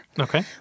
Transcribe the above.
Okay